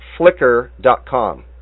Flickr.com